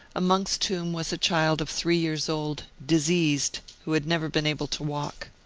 amongst whom was a child of three years old, diseased, who had never been able to walk.